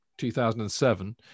2007